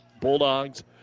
Bulldogs